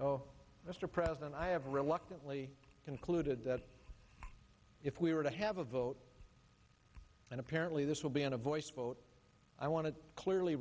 oh mr president i have reluctantly concluded that if we were to have a vote and apparently this will be in a voice vote i want to clearly